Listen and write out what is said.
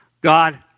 God